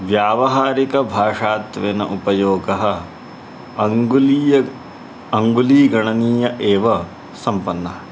व्यावहारिकभाषात्वेन उपयोगः अङ्गुलीय अङ्गुलीगणनीय एव सम्पन्नः